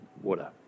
water